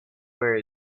where